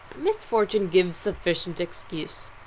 misfortune gives sufficient excuse.